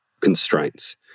constraints